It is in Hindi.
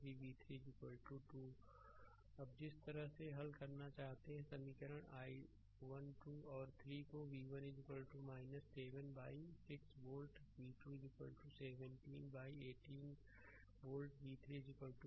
स्लाइड समय देखें 0445 अब जिस तरह से हल करना चाहते हैं समीकरण 1 2 और 3 को v1 7 by 6 volt v2 17 by 18 volt v3 13 बाई9 वोल्ट